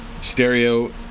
stereo